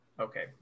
Okay